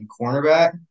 cornerback